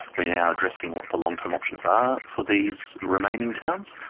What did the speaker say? we're now addressing what the long-term options are for these remaining towns,